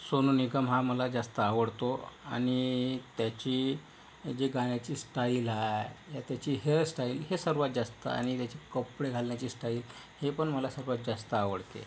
सोनू निगम हा मला जास्त आवडतो आणि त्याची जे गाण्याची स्टाईल आहे या त्याची हेअर स्टाईल हे सर्वांत जास्त आणि त्याची कपडे घालण्याची स्टाईल हे पण मला सर्वांत जास्त आवडते